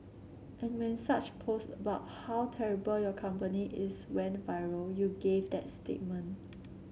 and when such posts bout how terrible your company is went viral you gave that statement